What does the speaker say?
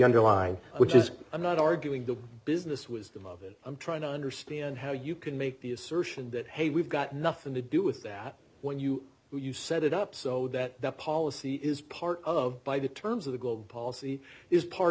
underlying which is i'm not arguing the business wisdom of it i'm trying to understand how you can make the assertion that hey we've got nothing to do with that when you when you set it up so that that policy is part of by the terms of the global policy is part